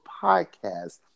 Podcast